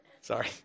Sorry